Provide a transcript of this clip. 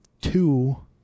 two